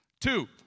Two